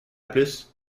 plus